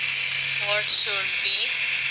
जमीन सुपीक होण्यासाठी काय व्यवस्थापन करावे?